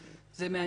זה מעניין,